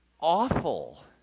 awful